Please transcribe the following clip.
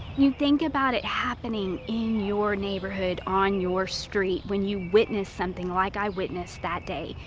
you think about it happening in your neighborhood, on your street, when you witness something like i witnessed that day.